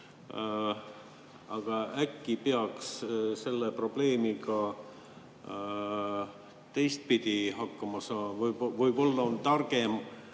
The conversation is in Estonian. Aga äkki peaks selle probleemiga teistpidi hakkama [tegelema]. Võib-olla on targem